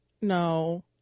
No